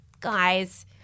guys